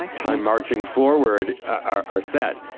like time marching forward are are set.